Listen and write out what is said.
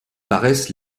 paraissent